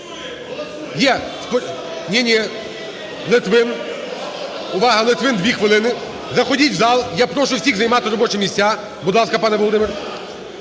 Є. Ні, ні. Литвин. Увага! Литвин, 2 хвилини. Заходіть в зал, я прошу всіх займати робочі місця. Будь ласка, пане Володимир.